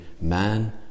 man